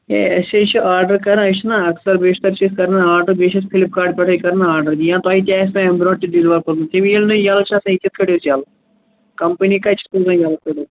ہے أسۍ ہے چھِ آرڈر کران أسۍ چھِنا اکثر بیشتَر چھِ أسۍ کران آرڈر بیٚیہِ چھِ أسۍ فِلپ کارڈٕ پیٚٹھٕے کران آرڈر یا تۄہہِ تہِ آسوٕ اَمہِ برٛونٛہہ تہِ ڈِیلِوَر کوٚرمُت تِم ییٚلہِ نہٕ یَلہٕ چھِ آسان یہِ کِتھٕ پٲٹھۍ اوس یلہٕ کمپٔنی کَتہِ چھِ کٕنان یلہٕ پرٛوڈکٹ